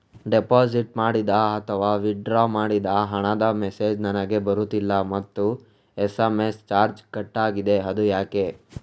Deposit ಮಾಡಿದ ಅಥವಾ withdraw ಮಾಡಿದ ಹಣದ ಮೆಸೇಜ್ ನನಗೆ ಬರುತ್ತಿಲ್ಲ ಮತ್ತು ಎಸ್.ಎಂ.ಎಸ್ ಚಾರ್ಜ್ ಕಟ್ಟಾಗಿದೆ ಅದು ಯಾಕೆ?